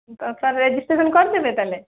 ଦରକାର ରେଜିଷ୍ଟେସନ୍ କରିଦେବେ ତା'ହେଲେ